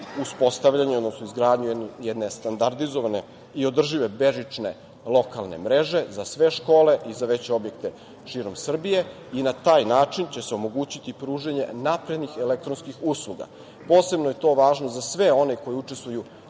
uspostavljanje, odnosno izgradnju jedne standardizovane i održive bežične lokalne mreže za sve škole i za veće objekte širom Srbije i na taj način će se omogućiti pružanje naprednih elektronskih usluga. Posebno je to važno za sve one koji učestvuju